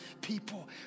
people